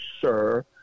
sir